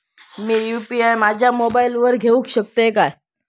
मी UPI माझ्या मोबाईलावर घेवक शकतय काय?